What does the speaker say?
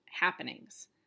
happenings